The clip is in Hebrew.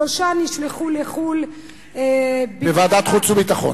שלושה נשלחו לחו"ל בגלל,